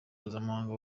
mpuzamahanga